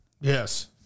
Yes